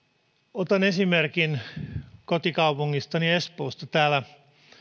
otan esimerkin kotikaupungistani espoosta täällä